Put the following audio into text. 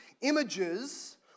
images